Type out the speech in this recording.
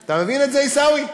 אתה מבין את זה, עיסאווי?